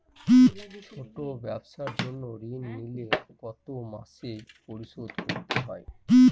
ছোট ব্যবসার জন্য ঋণ নিলে কত মাসে পরিশোধ করতে হয়?